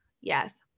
Yes